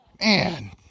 Man